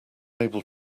able